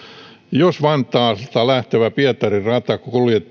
jos vantaalta lähtevä pietarin rata